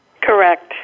Correct